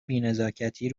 بینزاکتی